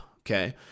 Okay